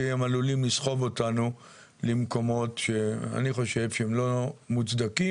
כי הם עלולים לסחוב אותנו למקומות שאני חושב שהם לא מוצדקים,